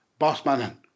Bossman